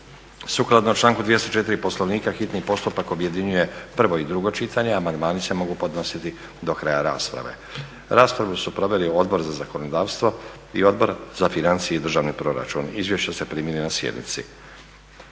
Sukladno članku 204. Poslovnika hitni postupak objedinjuje prvo i drugo čitanje. Amandmani se mogu podnositi do kraja rasprave. Raspravu su proveli Odbor za zakonodavstvo i Odbor za financije i državni proračun. Izvješća ste primili na sjednici.